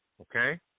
Okay